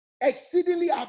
Exceedingly